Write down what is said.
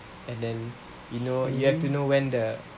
and then you know you have to know when the